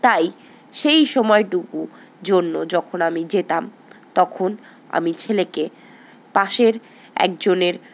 তাই সেই সময়টুকুর জন্য যখন আমি যেতাম তখন আমি ছেলেকে পাশের একজনের